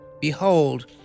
behold